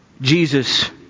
Jesus